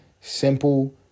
simple